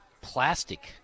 plastic